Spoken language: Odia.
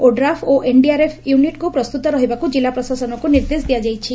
ଓଡ୍ରାଫ ଓ ଏନଡିଆରଏଫ ୟୁନିଟ୍କୁ ପ୍ରସ୍ତୁତ ରହିବାକୁ ଜିଲ୍ଲା ପ୍ରଶାସନକୁ ନିର୍ଦ୍ଦେଶ ଦିଆଯାଇଛି